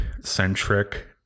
centric